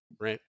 Right